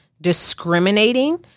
discriminating